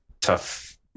tough